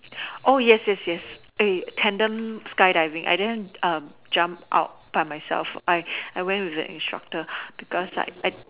oh yes yes yes tandem skydiving I didn't jump out by myself I I went with the instructor because like I